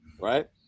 Right